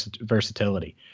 versatility